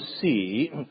see